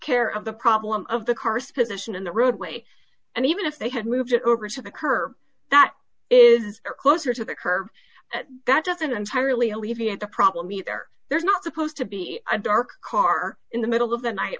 care of the problem of the car special in the roadway and even if they had moved it over to the curb that is closer to the curb that doesn't entirely alleviate the problem either there's not supposed to be a dark car in the middle of the night